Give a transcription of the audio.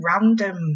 random